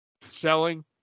selling